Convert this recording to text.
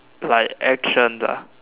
like actions ah